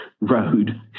road